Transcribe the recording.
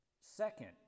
Second